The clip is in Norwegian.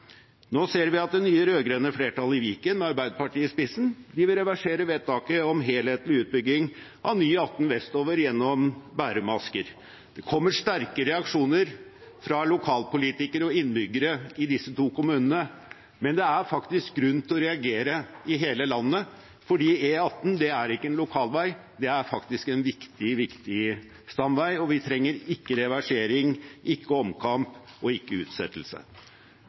Nå ser vi at det nye rød-grønne flertallet i Viken, med Arbeiderpartiet i spissen, vil reversere vedtaket om helhetlig utbygging av ny E18 vestover gjennom Bærum og Asker. Det kommer sterke reaksjoner fra lokalpolitikere og innbyggere i disse to kommunene, men det er grunn til å reagere i hele landet, for E18 er ikke en lokalvei, det er faktisk en viktig stamvei – og vi trenger ikke reversering, ikke omkamp og ikke utsettelse.